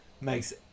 makes